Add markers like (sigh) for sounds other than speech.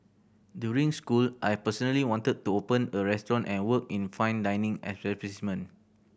during school I personally wanted to open a restaurant and work in fine dining (unintelligible)